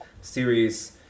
series